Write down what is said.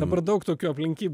dabar daug tokių aplinkybių